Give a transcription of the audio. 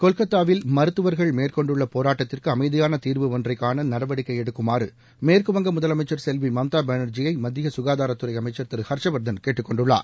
கொல்கத்தாவில் மருத்துவர்கள் மேற்கொண்டுள்ள போராட்டத்திற்கு அமைதியாள தீர்வு ஒன்றைக்காண நடவடிக்கை எடுக்குமாறு மேற்கு வங்க முதலமைச்சர் செல்வி மம்தா பானர்ஜியை மத்திய ககாதாரத்துறை அமைச்சர் திரு ஹர்ஷ்வர்தன் கேட்டுக்கொண்டுள்ளார்